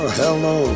hello